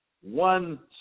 one